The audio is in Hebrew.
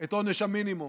את עונש המינימום.